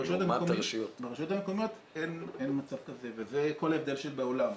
ברשויות המקומיות אין מצב כזה וזה כל ההבדל שבעולם.